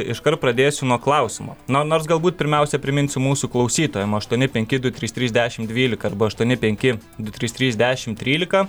iškart pradėsiu nuo klausimo na nors galbūt pirmiausia priminsiu mūsų klausytojam aštuoni penki du trys trys dešim dvylika arba aštuoni penki du trys trys dešim trylika